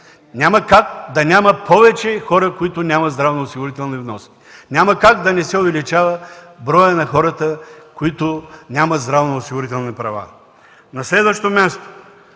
Няма как да няма повече хора, които нямат здравноосигурителни вноски. Няма как да не се увеличава броят на хората, които нямат здравноосигурителни права. На следващо място,